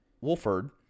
Wolford